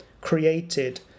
created